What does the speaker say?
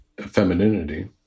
femininity